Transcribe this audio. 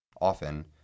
Often